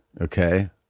Okay